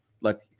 Look